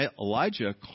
Elijah